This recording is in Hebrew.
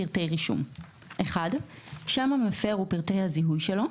פרטי רישום): (1)שם המפר ופרטי הזיהוי שלו,